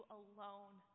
alone